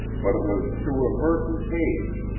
but it was through a murky haze,